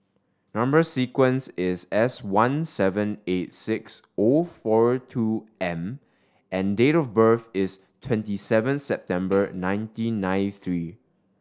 number sequence is S one seven eight six O four two M and date of birth is twenty seven September nineteen nine three